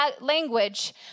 language